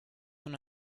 when